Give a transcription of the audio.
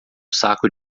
saco